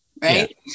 Right